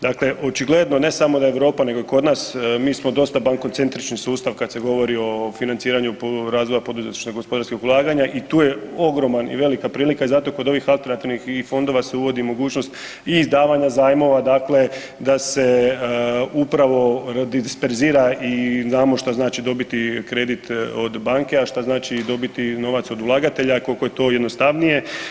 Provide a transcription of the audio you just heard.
Dakle, očigledno ne samo da Europa nego kod nas mi smo dosta bankocentrični sustav kad se govori o financiranju razvoja poduzetničkih i gospodarskih ulaganja i tu je ogromna i velika prilika i zato kod ovih alternativnih fondova se uvodi mogućnost i davanja zajmova da se upravo disperzira i znamo šta znači dobiti kredit od banke, a šta znači dobiti novac od ulagatelja koliko je to jednostavnije.